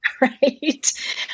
right